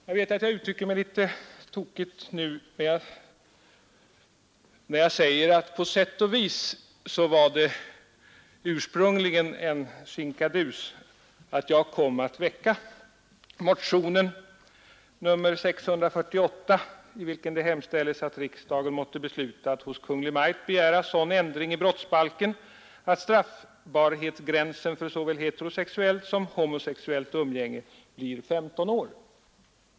Jag vet att jag uttrycker mig litet tokigt när jag säger att det på sätt och vis ursprungligen var en ”sinkadus” att jag kom att väcka motionen nr 648, i vilken det hemställes att riksdagen måtte besluta att hos Kungl. Maj:t begära sådan ändring i brottsbalken att straffbarhetsgränsen för såväl heterosexuellt som homosexuellt umgänge blir 15 år.